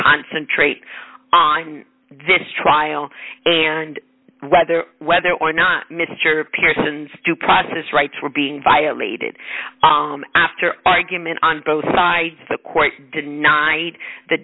concentrate on this trial and whether whether or not mr pearson's due process rights were being violated after argument on both sides the court denied the